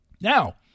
Now